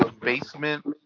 Basement